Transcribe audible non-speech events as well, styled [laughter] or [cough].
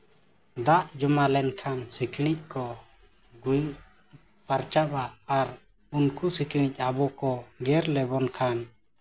ᱫᱟᱜ ᱡᱚᱢᱟ ᱞᱮᱱᱠᱷᱟᱱ ᱥᱤᱠᱲᱤᱡ ᱠᱚ [unintelligible] ᱯᱟᱨᱪᱟᱜᱼᱟ ᱟᱨ ᱩᱱᱠᱩ ᱥᱤᱠᱲᱤᱡ ᱟᱵᱚ ᱠᱚ ᱜᱮᱨ ᱞᱮᱵᱚᱱ ᱠᱷᱟᱱ